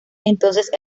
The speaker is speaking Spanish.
entonces